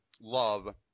love